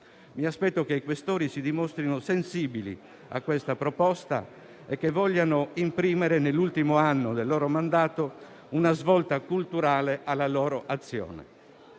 Mi aspetto che i Questori si dimostrino sensibili a questa proposta e che vogliano imprimere nell'ultimo anno del loro mandato una svolta culturale alla loro azione.